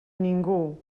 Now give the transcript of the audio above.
ningú